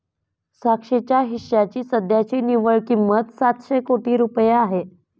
साक्षीच्या हिश्श्याची सध्याची निव्वळ किंमत सातशे कोटी रुपये आहे